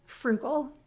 frugal